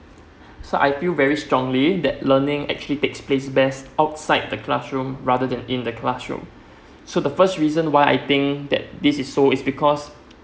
so I feel very strongly that learning actually takes place best outside the classroom rather than in the classroom so the first reason why I think that this is so is because